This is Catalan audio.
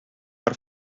per